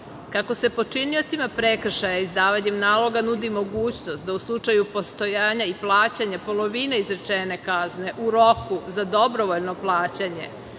Kako se počiniocima prekršaja izdavanjem naloga nudi mogućnost da u slučaju postojanja i plaćanja polovine izrečene kazne u roku za doborovoljno plaćanje,